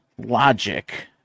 logic